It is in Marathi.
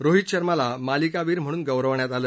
रोहित शर्माला मालिकावीर म्हणून गौरवण्यात आलं